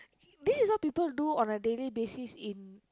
this is what people do on a daily basis in